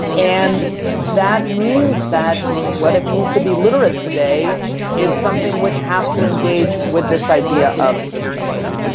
and that means that what it means to be literate today is something which has to engage with this idea of systems.